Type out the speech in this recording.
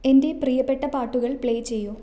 എൻ്റെ പ്രിയപ്പെട്ട പാട്ടുകൾ പ്ലേ ചെയ്യൂ